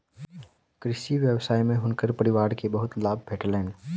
कृषि व्यवसाय में हुनकर परिवार के बहुत लाभ भेटलैन